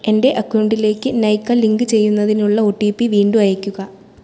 എൻ്റെ അക്കൗണ്ടിലേക്ക് നൈകാ ലിങ്ക് ചെയ്യുന്നതിനുള്ള ഓ ടി പി വീണ്ടും അയയ്ക്കുക